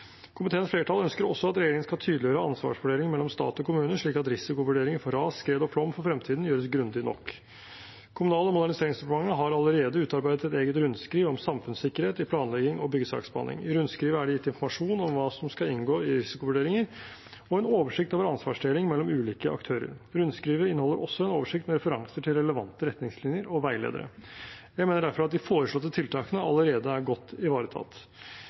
Komiteens flertall ønsker også at regjeringen skal tydeliggjøre ansvarsfordelingen mellom stat og kommune, slik at risikovurderinger for ras, skred og flom for fremtiden gjøres grundig nok. Kommunal- og moderniseringsdepartementet har allerede utarbeidet et eget rundskriv om samfunnssikkerhet i planlegging og byggesaksbehandling. I rundskrivet er det gitt informasjon om hva som skal inngå i risikovurderinger, og en oversikt over ansvarsdeling mellom ulike aktører. Rundskrivet inneholder også en oversikt med referanser til relevante retningslinjer og veiledere. Jeg mener derfor at de foreslåtte tiltakene allerede er godt ivaretatt.